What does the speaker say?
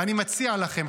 ואני מציע לכם,